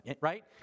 Right